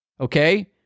okay